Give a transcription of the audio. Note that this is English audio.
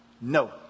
No